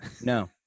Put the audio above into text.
No